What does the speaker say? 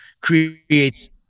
creates